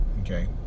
Okay